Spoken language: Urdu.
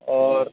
اور